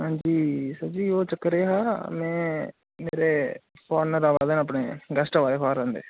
हांजी सर जी ओह् चक्कर एह् हा में फारनर आवा दे अपने गेस्ट आवा दे फारनर दे